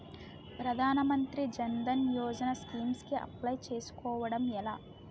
ప్రధాన మంత్రి జన్ ధన్ యోజన స్కీమ్స్ కి అప్లయ్ చేసుకోవడం ఎలా?